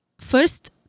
first